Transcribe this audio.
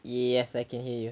yes I can hear you